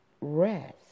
Rest